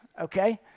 Okay